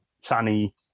sunny